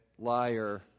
Liar